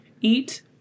eat